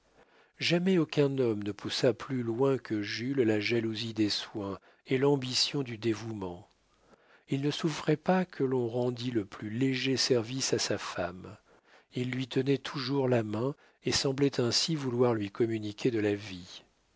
jamais aucun homme ne poussa plus loin que jules la jalousie des soins et l'ambition du dévouement il ne souffrait pas que l'on rendît le plus léger service à sa femme il lui tenait toujours la main et semblait ainsi vouloir lui communiquer de la vie